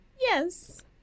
yes